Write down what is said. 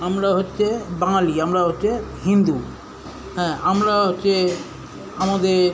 আমরা হচ্ছে বাঙালি আমরা হচ্ছে হিন্দু হ্যাঁ আমরা হচ্ছে আমাদের